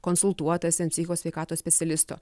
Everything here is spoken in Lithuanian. konsultuotasi ten psichosveikatos specialisto